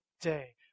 day